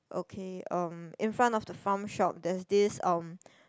okay um in front of the Farm Shop there's this um